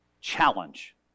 challenge